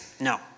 no